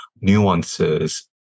nuances